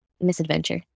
Misadventure